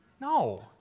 No